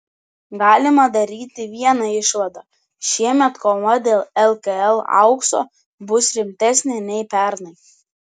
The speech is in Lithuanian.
galima daryti vieną išvadą šiemet kova dėl lkl aukso bus rimtesnė nei pernai